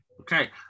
Okay